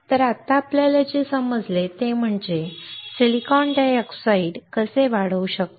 तर आत्ता आपल्याला जे समजले ते म्हणजे आपण सिलिकॉन डायऑक्साइड कसे वाढवू शकतो